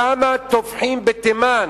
כמה טובחים בתימן,